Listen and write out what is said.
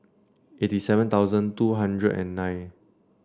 eighty seven thousand two hundred and nine